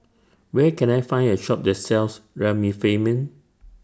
Where Can I Find A Shop that sells Remifemin